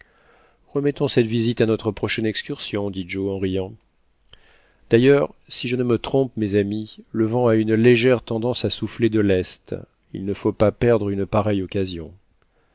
remettons cette visite à notre prochaine excursion dit joe en riant d'ailleurs si je ne me trompe mes amis le vent a une légère tendance à souffler de l'est il ne faut pas perdre une pareille occasion